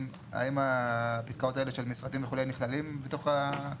האם הפסקאות האלה של משרדים וכו' נכללים בתוך?